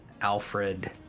Alfred